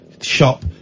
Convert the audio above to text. shop